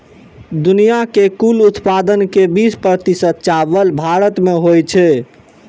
दुनिया के कुल उत्पादन के बीस प्रतिशत चावल भारत मे होइ छै